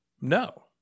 No